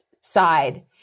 side